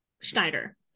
Schneider